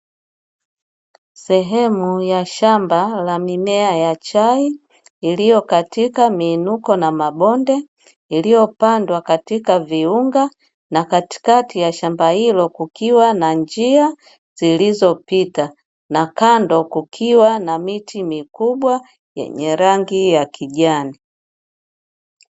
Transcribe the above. Sehemu ya shamba la mimea ya chai iliyokatika miinuko na mabonde yaliyopandwa katika viunga, na katikati ya shamba hilo kukiwa na njia zilizopita na kando kukiwa na miti mikubwa yenye rangi ya kijani.